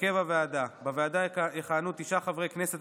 הרכב הוועדה: בוועדה יכהנו תשעה חברי כנסת,